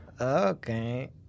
Okay